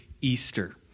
Easter